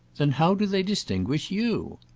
then how do they distinguish you?